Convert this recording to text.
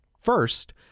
First